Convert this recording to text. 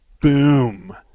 BOOM